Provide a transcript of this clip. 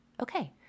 Okay